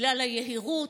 בגלל היהירות,